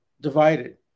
divided